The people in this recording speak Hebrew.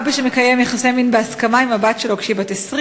אבא שמקיים יחסי מין בהסכמה עם הבת שלו כשהיא בת 20,